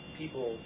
people